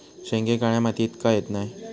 शेंगे काळ्या मातीयेत का येत नाय?